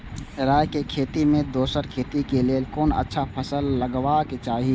राय के खेती मे दोसर खेती के लेल कोन अच्छा फसल लगवाक चाहिँ?